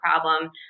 problem